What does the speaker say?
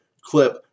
clip